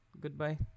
goodbye